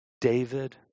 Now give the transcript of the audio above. David